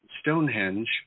Stonehenge